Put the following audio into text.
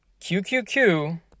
QQQ